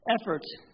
efforts